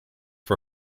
for